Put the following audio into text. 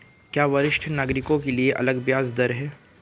क्या वरिष्ठ नागरिकों के लिए अलग ब्याज दर है?